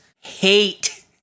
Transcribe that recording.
Hate